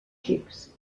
xics